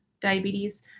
diabetes